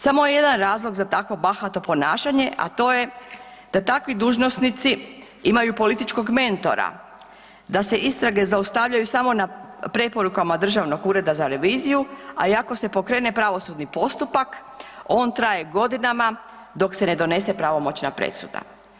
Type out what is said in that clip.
Samo je jedan razlog za tako bahato ponašanje, a to je da takvi dužnosnici imaju političkog mentora, da se istrage zaustavljaju samo na preporuka Državnog ureda za reviziju, a i ako se pokrene pravosudni postupak on traje godinama dok se ne donese pravomoćna presuda.